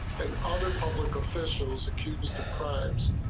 and other public officials accused of crimes.